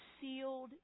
sealed